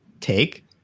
take